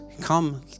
Come